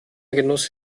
genoss